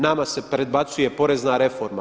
Nama se predbacuje porezna reforma.